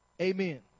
amen